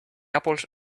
apples